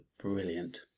brilliant